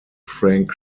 frank